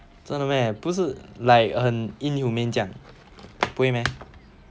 真的 meh 不是 like 很 inhumane 这样不会 meh